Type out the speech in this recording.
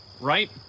right